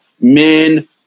Men